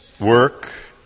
work